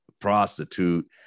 prostitute